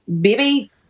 baby